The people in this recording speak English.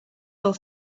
all